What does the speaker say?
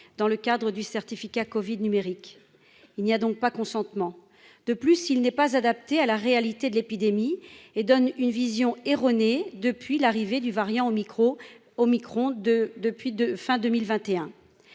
dans le cadre du certificat covid numérique. Il n'y a donc pas consentement. De plus, ce système n'est pas adapté à la réalité de l'épidémie et donne une vision erronée depuis l'arrivée du variant omicron, fin 2021.